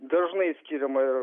dažnai skiriama ir